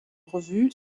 revues